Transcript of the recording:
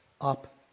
up